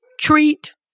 treat